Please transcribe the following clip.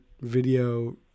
video